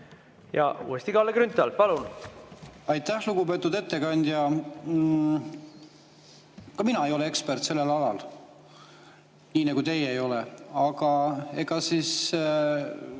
Ja uuesti Kalle Grünthal, palun! Aitäh! Lugupeetud ettekandja! Ka mina ei ole ekspert sellel alal, nii nagu ei ole teie.